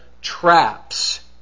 traps